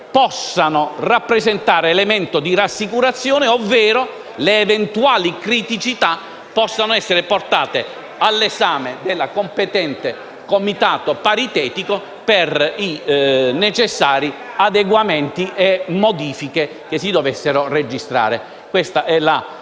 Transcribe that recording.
possano rappresentare elementi di rassicurazione ovvero le eventuali criticità possano essere portate all'esame del competente Comitato paritetico per i necessari adeguamenti e le modifiche che si dovessero registrare. Questa è la